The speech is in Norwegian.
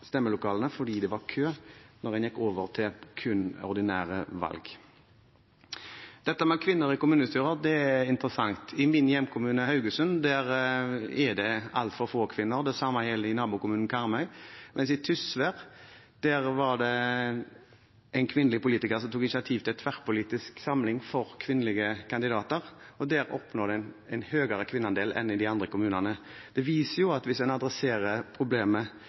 stemmelokalene fordi det var kø når en gikk over til kun ordinære valg. Dette med kvinner i kommunestyrer er interessant. I min hjemkommune, Haugesund, er det altfor få kvinner. Det samme gjelder i nabokommunen Karmøy, mens det i Tysvær var en kvinnelig politiker som tok initiativ til en tverrpolitisk samling for kvinnelige kandidater, og der oppnådde en en høyere kvinneandel enn i de andre kommunene. Det viser at hvis en adresserer problemet